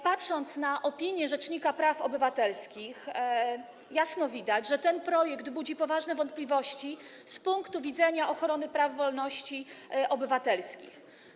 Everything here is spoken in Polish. Patrząc na opinię rzecznika praw obywatelskich, jasno widać, że ten projekt budzi poważne wątpliwości z punktu widzenia ochrony praw i wolności obywatelskich.